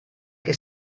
que